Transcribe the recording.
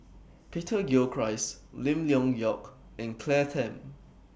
Peter Gilchrist Lim Leong Geok and Claire Tham